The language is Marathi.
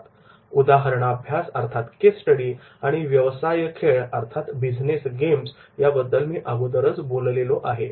केस स्टडी उदाहरणाभ्यास आणि बिजनेस गेम्स व्यवसाय खेळ याबद्दल मी अगोदरच बोललेलो आहे